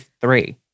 three